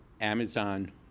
Amazon